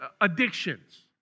Addictions